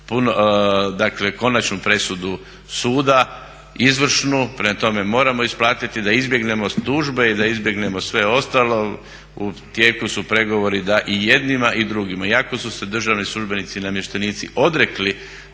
dakle konačnu presudu suda, izvršnu. Prema tome moramo isplatiti da izbjegnemo tužbe i da izbjegnemo sve ostalo. U tijeku su pregovori da i jednima i drugima iako su se državni službenici i namještenici odrekli